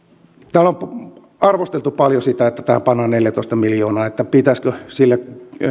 täällä on arvosteltu paljon sitä että tähän pannaan neljätoista miljoonaa ja kysytty pitäisikö sillä